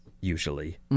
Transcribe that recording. usually